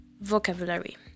vocabulary